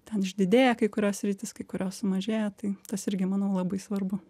ten išdidėja kai kurios sritys kai kurios sumažėja tai tas irgi manau labai svarbu